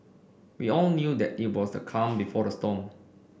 we all knew that it was the calm before the storm